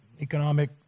economic